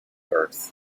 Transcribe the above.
earth